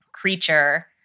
Creature